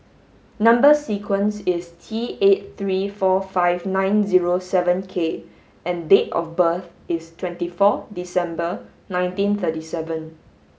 number sequence is T eight three four five nine zero seven K and date of birth is twenty four December nineteen thirty seven